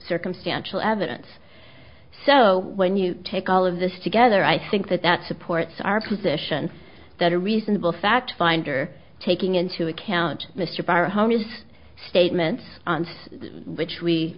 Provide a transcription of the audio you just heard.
circumstantial evidence so when you take all of this together i think that that supports our positions that are reasonable fact finder taking into account mr barahona's statements on which we